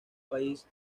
país